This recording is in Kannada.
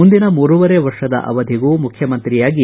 ಮುಂದಿನ ಮೂರೂವರೆ ವರ್ಷದ ಅವಧಿಗೂ ಮುಖ್ಯಮಂತ್ರಿಯಾಗಿ ಬಿ